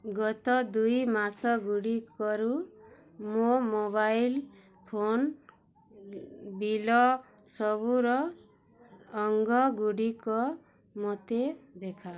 ଗତ ଦୁଇ ମାସଗୁଡ଼ିକରୁ ମୋ ମୋବାଇଲ୍ ଫୋନ୍ ବିଲ୍ ସବୁର ଅଙ୍ଗଗୁଡ଼ିକ ମୋତେ ଦେଖାଅ